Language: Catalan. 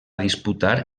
disputar